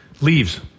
Leaves